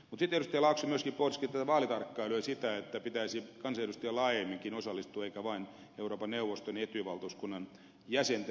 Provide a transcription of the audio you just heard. laakso myöskin pohdiskeli tätä vaalitarkkailua ja sitä että pitäisi kansanedustajien laajemminkin osallistua eikä vain euroopan neuvoston ja etyj valtuuskunnan jäsenten